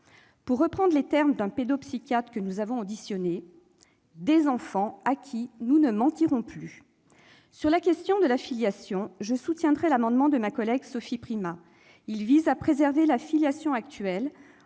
Pour reprendre les termes d'un pédopsychiatre que nous avons auditionné, ce sont là autant d'enfants « à qui nous ne mentirons plus ». Au sujet de la filiation, je soutiendrai l'amendement de ma collègue Sophie Primas. Il vise à préserver la filiation actuelle